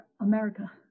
America